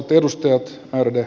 ärade ledamöter